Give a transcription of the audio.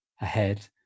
ahead